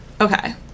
Okay